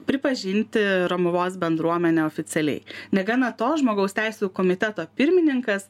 pripažinti romuvos bendruomenę oficialiai negana to žmogaus teisių komiteto pirmininkas